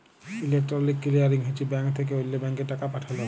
electronic clearing হছে bank থ্যাকে অল্য ব্যাংকে টাকা পাঠাল